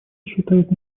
считает